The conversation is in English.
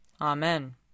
Amen